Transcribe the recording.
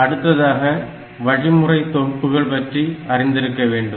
அடுத்ததாக வழிமுறை தொகுப்புகள் பற்றி அறிந்திருக்க வேண்டும்